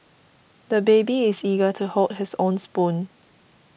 the baby is eager to hold his own spoon